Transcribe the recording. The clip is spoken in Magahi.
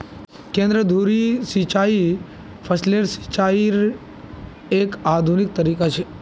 केंद्र धुरी सिंचाई फसलेर सिंचाईयेर एक आधुनिक तरीका छ